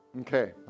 Okay